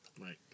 Right